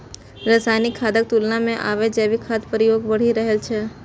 रासायनिक खादक तुलना मे आब जैविक खादक प्रयोग बढ़ि रहल छै